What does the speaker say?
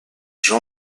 jean